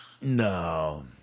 No